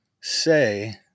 say